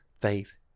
faith